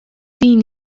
din